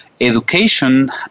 education